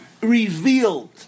revealed